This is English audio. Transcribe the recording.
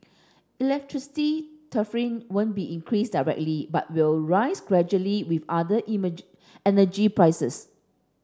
electricity tariff won't be increased directly but will rise gradually with other energy prices